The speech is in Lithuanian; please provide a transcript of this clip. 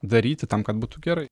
daryti tam kad būtų gerai